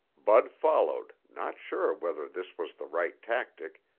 bud followed, not sure whether this was the right tactic,